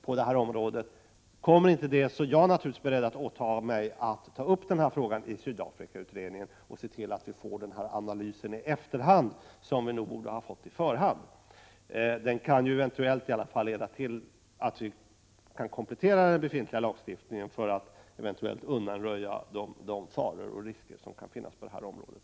Om det inte kommer några sådana direktiv är jag naturligtvis beredd att åta mig att ta upp frågan i kommittén och se till att den analys som borde ha gjorts på förhand nu görs i efterhand. Det kan eventuellt leda till att den befintliga lagstiftningen kompletteras så att eventuella faror och risker kan undanröjas.